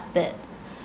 it